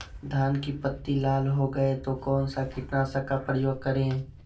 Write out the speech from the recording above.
धान की पत्ती लाल हो गए तो कौन सा कीटनाशक का प्रयोग करें?